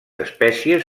espècies